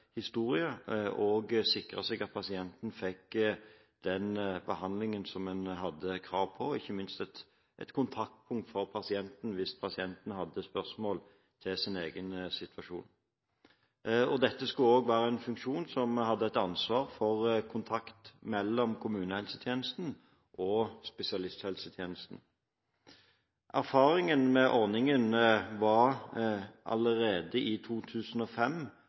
historie og sikrer seg at pasienten får den behandlingen som man har krav på – ikke minst å ha et kontaktpunkt for pasienten, hvis pasienten har spørsmål til sin egen situasjon. Dette skulle være en funksjon som har ansvar for kontakt mellom kommunehelsetjenesten og spesialisthelsetjenesten. Erfaringen var allerede i